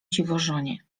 dziwożonie